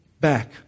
back